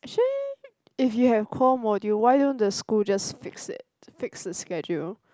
actually if you have core module why don't the school just fix it fix the schedule